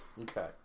Okay